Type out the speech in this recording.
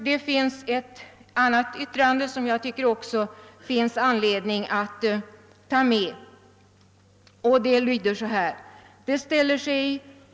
Det finns ett annat uttalande som jag tycker att det finns anledning att ta med.